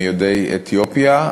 מיהודי אתיופיה,